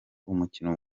umukino